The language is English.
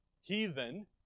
heathen